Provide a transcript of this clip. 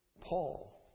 Paul